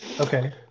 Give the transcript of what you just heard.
Okay